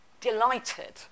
delighted